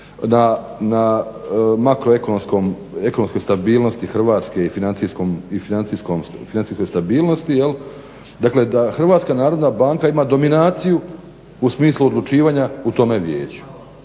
na makroekonomskoj stabilnosti Hrvatske i financijskoj stabilnosti jel', dakle da HNB ima dominaciju u smislu odlučivanja u tome vijeću.